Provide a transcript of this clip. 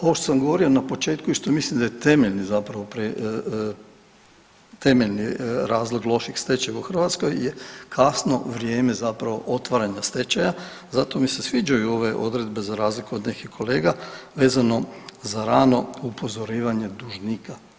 Ovo što sam govorio na početku i što mislim da je temeljni zapravo, temeljni razlog loših stečajeva u Hrvatskoj je kasno vrijeme zapravo otvaranja stečaja zato mi se sviđaju ove odredbe za razliku od nekih kolega vezano za rano upozorivanje dužnika.